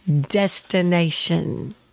destination